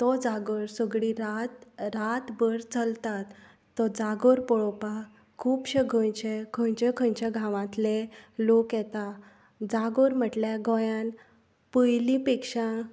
तो जागरो सगली रात राभबर चलता तो जागोर पळोपा खुबशे गोंयचे खंयचे खंयचे गांवांतले लोक येता जागोर म्हटल्या गोंयांत पयली पेक्षा